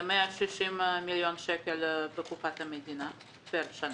זה 160 מיליון שקל לקופת המדינה בכל שנה.